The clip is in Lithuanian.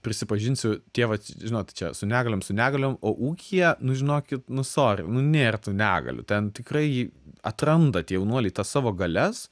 prisipažinsiu tie vat žinot čia su negaliom su negaliom o ūkyje nu žinokit nu sori nu nėr tų negaliu ten tikrai jį atranda tie jaunuoliai tas savo galias